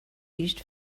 used